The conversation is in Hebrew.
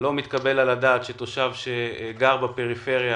ולא מתקבל על הדעת שתושב שגר בפריפריה